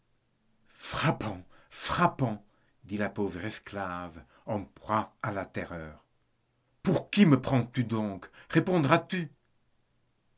frappant dit la pauvre esclave en proie à la terreur pour qui me prends-tu donc répondras-tu